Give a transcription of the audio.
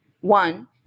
one